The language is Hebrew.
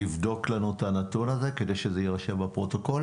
לבדוק לנו את הנתון הזה כדי שזה יירשם בפרוטוקול?